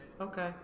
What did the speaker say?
Okay